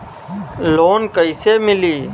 Loan कईसे मिली?